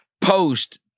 post